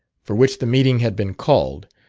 for which the meeting had been called,